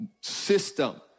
system